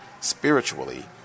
spiritually